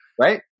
Right